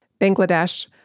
Bangladesh